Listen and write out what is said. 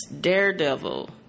Daredevil